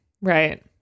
Right